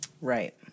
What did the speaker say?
Right